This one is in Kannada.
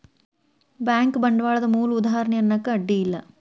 ಬ್ಯಾಂಕು ಬಂಡ್ವಾಳದ್ ಮೂಲ ಉದಾಹಾರಣಿ ಅನ್ನಾಕ ಅಡ್ಡಿ ಇಲ್ಲಾ